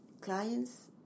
clients